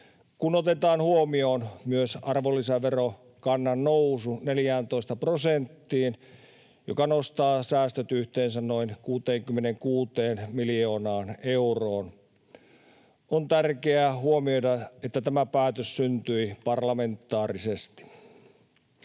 kun otetaan huomioon myös arvonlisäverokannan nousu 14 prosenttiin, joka nostaa säästöt yhteensä noin 66 miljoonaan euroon. On tärkeää huomioida, että tämä päätös syntyi parlamentaarisesti.